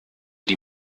die